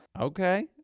Okay